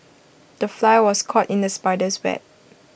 the fly was caught in the spider's web